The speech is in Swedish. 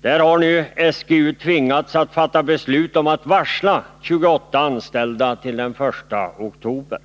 Där har SGU tvingats fatta beslut om att varsla 28 anställda till den 1 oktober.